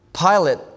Pilate